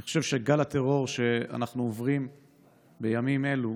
אני חושב שגל הטרור שאנחנו עוברים בימים אלו